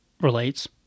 relates